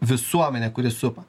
visuomene kuri supa